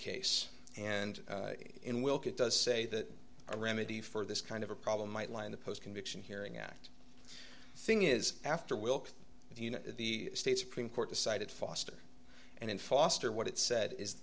case and in wilkie it does say that a remedy for this kind of a problem might lie in the post conviction hearing act thing is after will the state supreme court decided foster and then foster what it said is